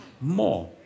more